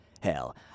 Hell